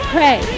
Pray